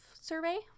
survey